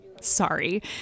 Sorry